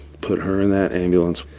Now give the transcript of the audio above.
put her in that ambulance,